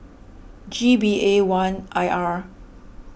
G B A one I R